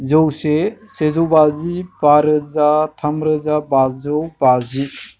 जौसे सेजौ बाजि बा रोजा थामरोजा बाजौ बाजि